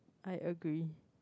I agree